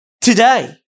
Today